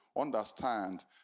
understand